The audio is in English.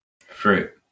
Fruit